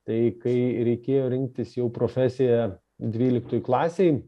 tai kai reikėjo rinktis jau profesiją dvyliktoj klasėj